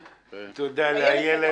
תודה לאיילת.